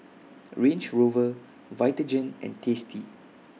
Range Rover Vitagen and tasty